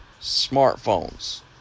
smartphones